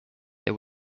they